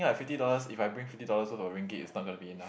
ya fifty dollars if I bring fifty dollars all for ringgit is not gonna be enough